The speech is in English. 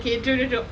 okay true true true